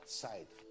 side